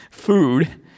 Food